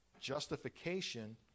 justification